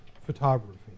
photography